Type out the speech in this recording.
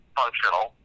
functional